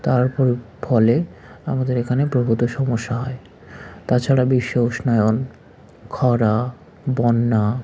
তার ফলে আমাদের এখানে প্রভুত সমস্যা হয় তাছাড়া বিশ্ব উষ্ণায়ণ খরা বন্যা